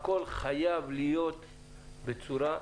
הכול חייב להיות בצורה מתוקתקת,